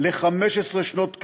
ל-15 שנות קבע,